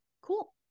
cool